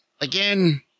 Again